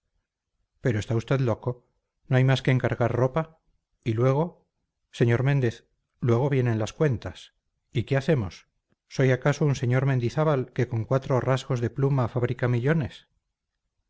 pero está usted loco no hay más que encargar ropa y luego sr méndez luego vienen las cuentas y qué hacemos soy acaso un sr mendizábal que con cuatro rasgos de pluma fabrica millones